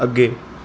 ਅੱਗੇ